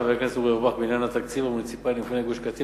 של חבר הכנסת אורי אורבך: תקציב מוניציפלי למפוני גוש-קטיף